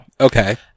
Okay